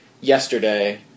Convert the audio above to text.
yesterday